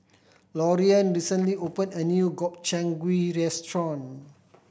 Loriann recently opened a new Gobchang Gui Restaurant